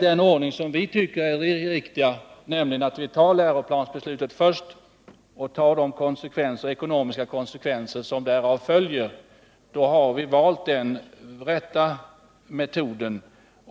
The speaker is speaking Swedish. Den ordning som vi tycker är den riktiga är att vi först fattar beslut om läroplanen och sedan tar de ekonomiska konsekvenser som därav följer.